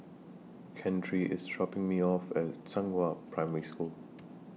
Keandre IS dropping Me off At Zhenghua Primary School